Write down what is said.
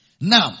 Now